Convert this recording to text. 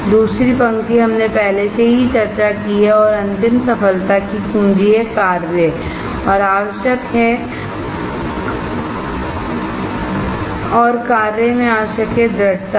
दूसरी पंक्ति हमने पहले से ही चर्चा की है और अंतिम सफलता की कुंजी है कार्य और आवश्यक है और कार्य में आवश्यक है दृढ़ता है